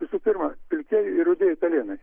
visų pirma pilkieji ir rudieji pelėnai